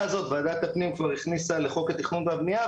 הפנים כבר הכניסה לחוק התכנון והבנייה.